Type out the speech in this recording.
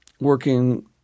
working